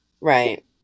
right